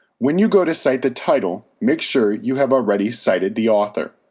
when you go to cite the title, make sure you have already cited the author.